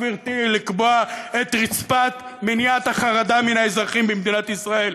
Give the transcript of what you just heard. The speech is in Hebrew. גברתי: לקבוע את רצפת מניעת החרדה מן האזרחים במדינת ישראל,